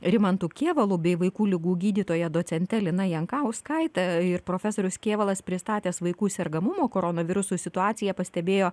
rimantu kėvalu bei vaikų ligų gydytoja docente lina jankauskaite ir profesorius kėvalas pristatęs vaikų sergamumo koronavirusu situaciją pastebėjo